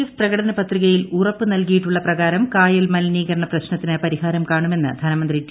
F പ്രകടന പത്രികയിൽ ഉറപ്പ് നൽകിയിട്ടുള്ള പ്രകാരം കായൽ മലിനീകരണ പ്രശ്നത്തിന് പരിഹാരം കാണുമെന്ന് ധനമന്ത്രി ടി